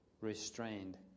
restrained